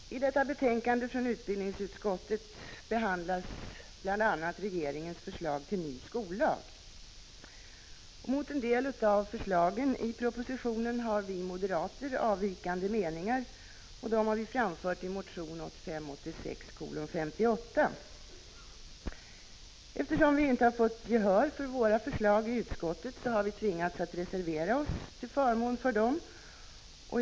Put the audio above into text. Herr talman! I detta betänkande från utbildningsutskottet behandlas bl.a. regeringens förslag till ny skollag. I fråga om en del av förslagen i propositionen har vi moderater avvikande meningar, som vi framfört i motion 1985/86:58. Eftersom vi inte fått gehör för våra förslag i utskottet, har vi tvingats att reservera oss till förmån för dem.